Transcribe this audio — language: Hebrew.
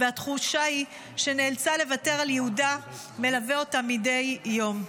והתחושה שנאלצה לוותר על ייעודה מלווה אותה מדי יום.